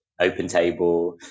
OpenTable